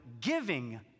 giving